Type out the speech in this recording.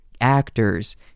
actors